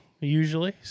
usually